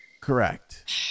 Correct